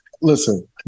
listen